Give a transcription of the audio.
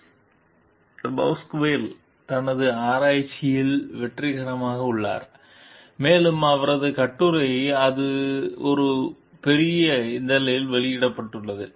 டெபாஸ்குவேல் தனது ஆராய்ச்சியில் வெற்றிகரமாக உள்ளார் மேலும் அவரது கட்டுரை ஒரு பெரிய இதழில் வெளியிடப்பட்டுள்ளது